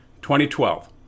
2012